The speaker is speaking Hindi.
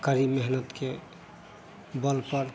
मेहनत के बल पर